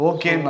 Okay